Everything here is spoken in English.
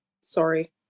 sorry